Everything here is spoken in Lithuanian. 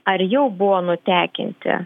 ar jau buvo nutekinti